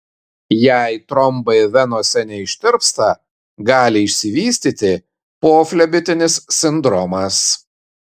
jei trombai venose neištirpsta gali išsivystyti poflebitinis sindromas